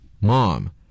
mom